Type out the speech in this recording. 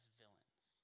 villains